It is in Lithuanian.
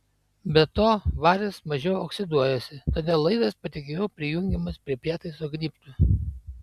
be to varis mažiau oksiduojasi todėl laidas patikimiau prijungiamas prie prietaiso gnybto